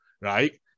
right